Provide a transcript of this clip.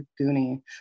Goonie